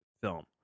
film